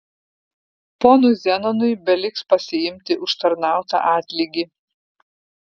ponui zenonui beliks pasiimti užtarnautą atlygį